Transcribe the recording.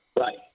Right